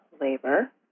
labor